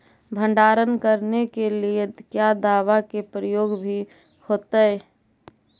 भंडारन करने के लिय क्या दाबा के प्रयोग भी होयतय?